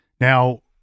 now